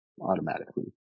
automatically